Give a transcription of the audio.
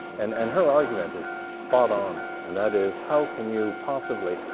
and and her argument is spot on, and that is, how can you possibly